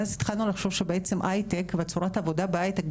ואז התחלנו לחשוב שבעצם הייטק וצורת העבודה בהייטק,